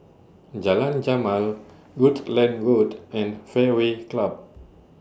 Jalan Jamal Rutland Road and Fairway Club